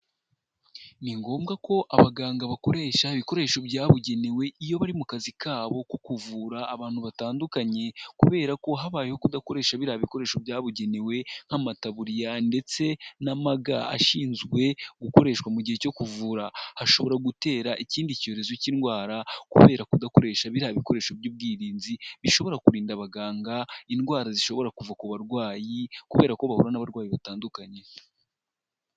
Ni ngombwa ko abaganga bakoresha ibikoresho byabugenewe, iyo bari mu kazi kabo ko kuvura abantu batandukanye, kubera ko habayeho kudakoresha biriya bikoresho byabugenewe nk'amataburiya ndetse n'amaga ashinzwe gukoreshwa mu gihe cyo kuvura, hashobora gutera ikindi cyorezo cy'indwara, kubera kudakoresha biriya bikoresho by'ubwirinzi bishobora kurinda abaganga indwara zishobora kuva ku barwayi, kubera ko bahura n'abarwayi batandukanye.